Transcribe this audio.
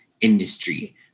industry